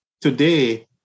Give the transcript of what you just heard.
Today